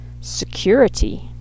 security